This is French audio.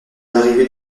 l’arrivée